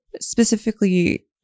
specifically